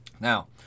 Now